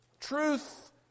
Truth